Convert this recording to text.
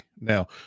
Now